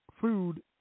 food